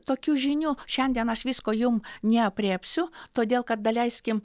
tokių žinių šiandien aš visko jum neaprėpsiu todėl kad daleiskim